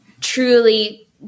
truly